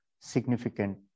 significant